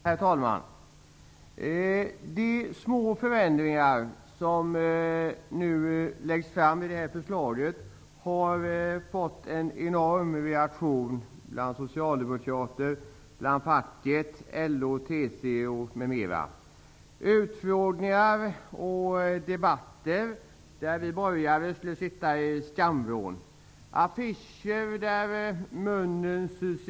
Herr talman! De små förändringar som det här förslaget innehållet har lett till en enorm reaktion bland socialdemokrater, facket, LO, TCO m.fl. Det har varit fråga om utfrågningar och debatter där vi borgare skulle sitta i skamvrån. På affischer har man kunnat se en människa med hopsydd mun.